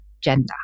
gender